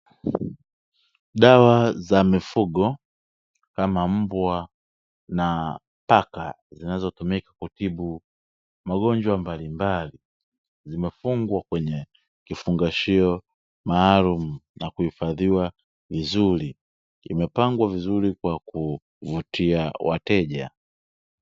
Dawa za mifugo kama mbwa na paka, zinazotumika kutibu magonjwa mbalimbali, zimefungwa kwenye kifungashio maalumu na kuhifadhiwa vizuri. Kimepangwa vizuri kwa kuvutia wateja.